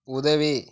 உதவி